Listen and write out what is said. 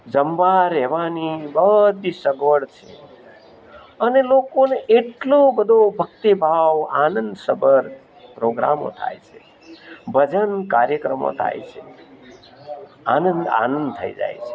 જમવા રહેવાની બધી સગવડ છે અને લોકોને એટલો બધો ભક્તિભાવ આનંદસભર પ્રોગ્રામો થાય છે ભજન કાર્યક્રમો થાય છે આનંદ આનંદ થઈ જાય છે